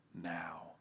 now